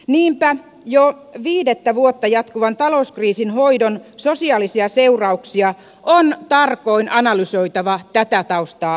niinpä jo viidettä vuotta jatkuvan talouskriisin hoidon sosiaalisia seurauksia on tarkoin analysoitava tätä taustaa vasten